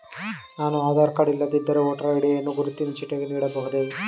ನಾನು ಆಧಾರ ಕಾರ್ಡ್ ಇಲ್ಲದಿದ್ದರೆ voter ID ಯನ್ನು ಗುರುತಿನ ಚೀಟಿಯಾಗಿ ನೀಡಬಹುದೇ?